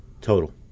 total